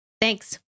Thanks